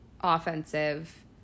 offensive